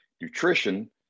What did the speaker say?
nutrition